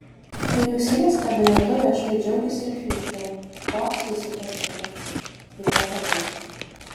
vyriausybės kabinetu viešai džiaugėsi ir krykštavo koks jis ypatingas taip pat abu